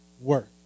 work